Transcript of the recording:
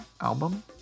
album